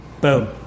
Boom